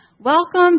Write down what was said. Welcome